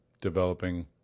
developing